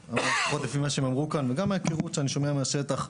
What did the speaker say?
לפחות ממה שהם אמרו כאן, וגם ממה שאני שומע מהשטח,